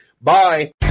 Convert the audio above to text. Bye